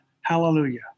Hallelujah